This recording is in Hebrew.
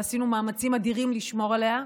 ועשינו מאמצים אדירים לשמור עליה.